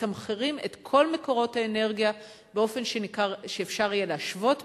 מתמחרים את כל מקורות האנרגיה באופן שאפשר יהיה להשוות ביניהם,